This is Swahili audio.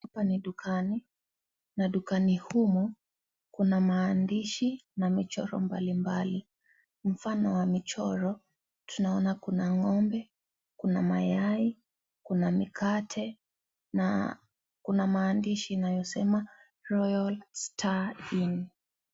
Hapa ni dukani na dukani humu kuna maandishi na michoro mbalimbali, mfano wa michoro tunaona kuna n'gombe, kuna mayai, kuna mikate na kuna maandishi inayosema roya star inn .